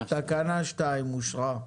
תקנה 2 אושרה.